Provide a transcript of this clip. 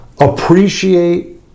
appreciate